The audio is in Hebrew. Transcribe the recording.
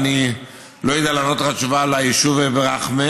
אני לא יודע לענות לך תשובה על היישוב רח'מה,